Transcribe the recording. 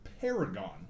paragon